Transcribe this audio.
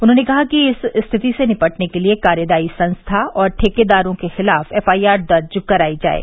उन्होंने कहा कि इस स्थिति से निपटने के लिये कार्यदायी संस्था और ठेकेदारों के खिलाफ़ एफआईआर दर्ज कराई जाये